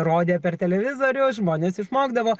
rodė per televizorių žmonės išmokdavo